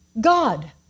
God